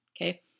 Okay